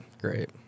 Great